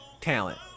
talent